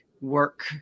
work